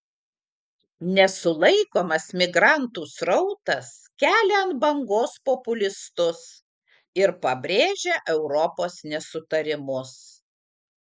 nesulaikomas migrantų srautas kelia ant bangos populistus ir pabrėžia europos nesutarimus